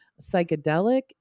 psychedelic